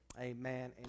Amen